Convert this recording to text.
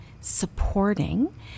supporting